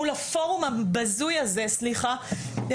מול הפורום הבזוי הזה סליחה,